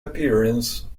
appearance